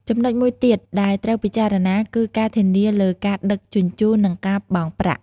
ចំណុចមួយទៀតដែលត្រូវពិចារណាគឺការធានាលើការដឹកជញ្ជូននិងការបង់ប្រាក់។